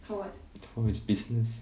for his business